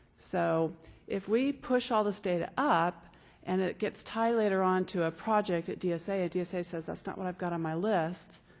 so if we push all this data up and it gets tied later on to a project at dsa, and dsa says that's not what i've got on my list,